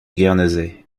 guernesey